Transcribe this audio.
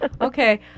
okay